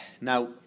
Now